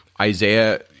Isaiah